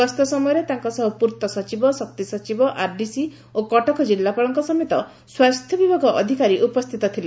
ଗସ୍ତ ସମୟରେ ତାଙ୍କ ସହ ପୂର୍ଭ ସଚିବ ଶକ୍ତି ସଚିବ ଆରଡିସି ଓ କଟକ ଜିଲ୍ଲାପାଳଙ୍କ ସମେତ ସ୍ୱାସ୍ଥ୍ୟ ବିଭାଗ ଅଧ୍କାରୀ ଉପସ୍ସିତ ଥିଲେ